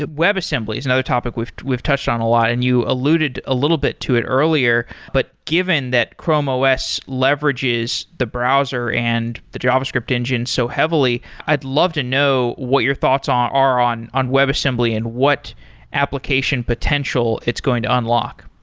webassembly is another topic we've we've touched on a lot, and you alluded a little bit to it earlier. but given that chrome os leverages the browser and the javascript engine so heavily i'd love to know what your thoughts are on on webassembly and what application potential it's going to unlock.